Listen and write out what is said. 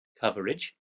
coverage